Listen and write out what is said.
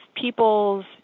people's